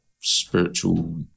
spiritual